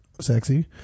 sexy